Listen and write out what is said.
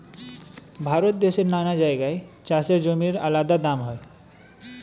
ভারত দেশের নানা জায়গায় চাষের জমির আলাদা দাম হয়